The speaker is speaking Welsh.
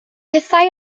hithau